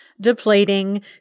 depleting